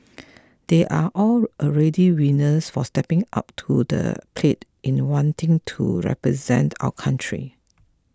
they are all already winners for stepping up to the plate in wanting to represent our country